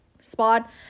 spot